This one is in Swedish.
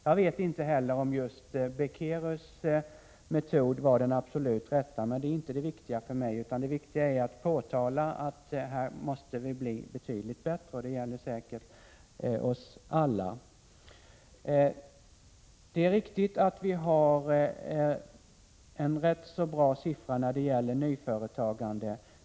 Jag vet inte heller om just Beckérus metod var den absolut rätta, men det är inte det viktiga för mig, utan det är att påtala att vi här måste bli betydligt bättre. Det gäller säkert oss alla. Det är riktigt att vi har en rätt så bra siffra när det gäller nyföretagande.